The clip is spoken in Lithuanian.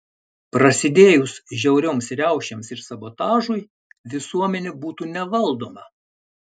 prasidėjus žiaurioms riaušėms ir sabotažui visuomenė būtų nevaldoma